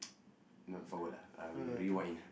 not forward lah uh we rewind